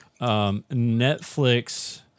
Netflix